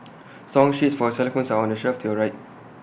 song sheets for xylophones are on the shelf to your right